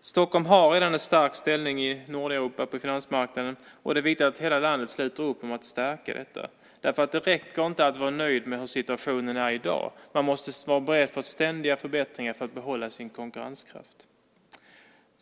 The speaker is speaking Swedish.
Stockholm har redan en stark ställning i Nordeuropa på finansmarknaden, och det är viktigt att hela landet sluter upp bakom att stärka detta. Det räcker inte att vara nöjd med hur situationen är i dag. Man måste vara beredd på ständiga förbättringar för att behålla sin konkurrenskraft.